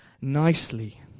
nicely